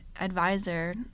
advisor